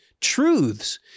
truths